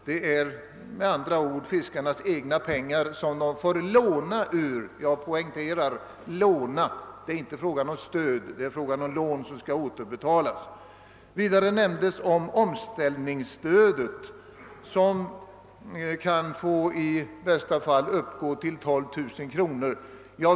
Det är, med andra ord, fiskarnas egna pengar, som de får låna -— jag poängterar att det inte är fråga om stöd utan om lån som skall återbetalas. Vidare nämndes omställningsstödet, som i bästa fall kan uppgå till 12 000 kronor.